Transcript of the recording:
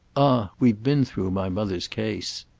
ah we've been through my mother's case!